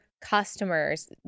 customers